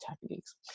techniques